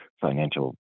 financial